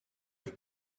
have